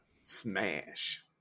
smash